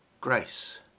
grace